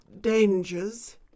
dangers